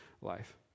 life